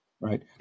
right